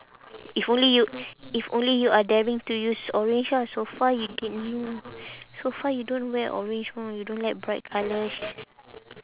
if only you if only you are daring to use orange ah so far you didn't so far you don't wear orange mah you don't like bright colours